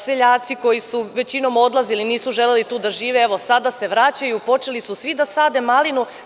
Seljaci, koji su većinom odlazili, nisu želeli tu da žive, evo, sada se vraćaju i počeli su svi da sade malinu.